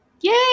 Yay